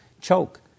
choke